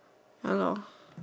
ya lor